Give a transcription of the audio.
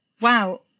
wow